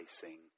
facing